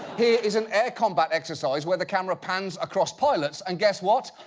here is an air combat exercise where the camera pans across pilots, and guess what?